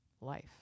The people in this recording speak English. life